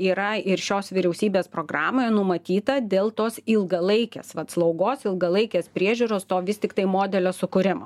yra ir šios vyriausybės programoje numatyta dėl tos ilgalaikės vat slaugos ilgalaikės priežiūros stovintis tiktai modelio sukūrimo